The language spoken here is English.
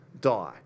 die